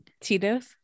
tito's